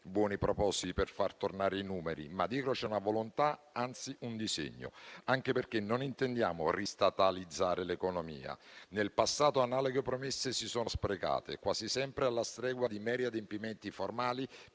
buoni propositi per far tornare i numeri, ma che dietro c'è una volontà, anzi un disegno, anche perché non intendiamo ristatalizzare l'economia. Nel passato, analoghe promesse si sono sprecate, quasi sempre alla stregua di meri adempimenti formali,